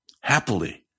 happily